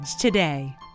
today